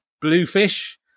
bluefish